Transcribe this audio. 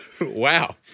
Wow